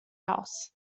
house